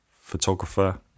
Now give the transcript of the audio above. photographer